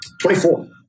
twenty-four